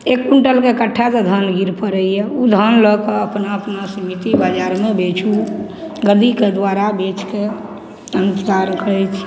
एक क्विन्टलके कट्ठाके धान गिर पड़ैए ओ धान लऽके अपना अपना समिति बजारमे बेचू गद्दीके द्वारा बेचिके संसारके अछि